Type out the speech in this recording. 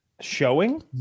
showing